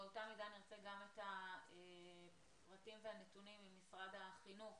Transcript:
באותה מידה נרצה גם את הפרטים והנתונים ממשרד החינוך